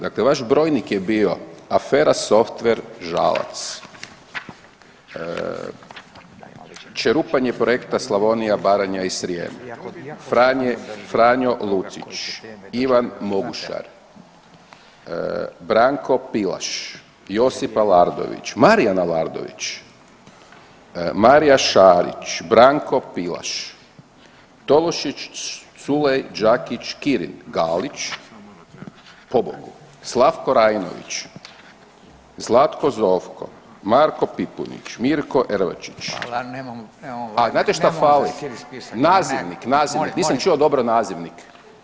Dakle, vaš brojnik je bio afera Softver Žalac, čerupanje Projekta Slavonija, Baranja i Srijem Franjo Lucić, Ivan Mogušar, Branko Pilaš, Josip Alardović, Marijan Alardović, Marija Šarić, Branko Pilaš, Tolušić, Culej, Đakić, Kirin, Galić, pobogu Slavko Rajnović, Zlatko Zovko, Marko Pipunić, Mirko Erlečić, [[Upadica: Hvala, nemamo, nemamo vremena.]] a znate šta fali, nazivnik, nazivnik, nisam čuo dobro nazivnik.